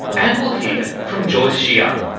and we'll hear from joyce hsiang,